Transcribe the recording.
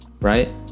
right